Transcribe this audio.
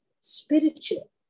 spiritual